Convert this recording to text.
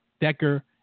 Decker